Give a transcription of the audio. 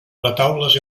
retaules